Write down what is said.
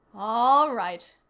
all right,